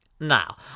Now